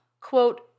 quote